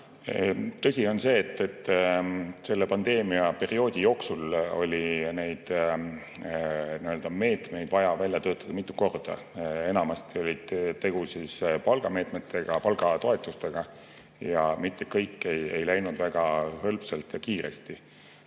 Tõsi on see, et pandeemia perioodi jooksul oli neid meetmeid vaja välja töötada mitu korda. Enamasti oli tegu palgameetmetega, palgatoetustega, ja mitte kõik ei läinud väga hõlpsalt ja kiiresti.